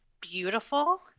beautiful